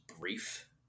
brief